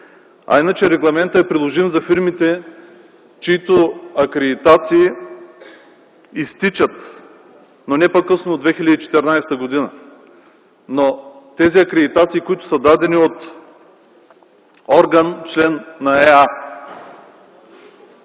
Иначе регламентът е приложим за фирмите, чиито акредитации изтичат, но не по-късно от 2014 г. Тези акредитации, които са дадени от орган – член на ЕА,